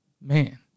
man